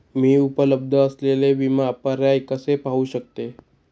मी उपलब्ध असलेले विमा पर्याय कसे पाहू शकते?